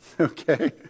Okay